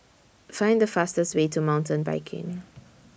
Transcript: Find The fastest Way to Mountain Biking